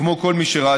כמו כל מי שראה,